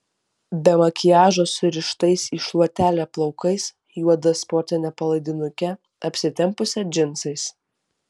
be makiažo surištais į šluotelę plaukais juoda sportine palaidinuke apsitempusią džinsais